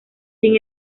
sin